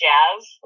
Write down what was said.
Jazz